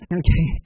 okay